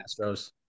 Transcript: Astros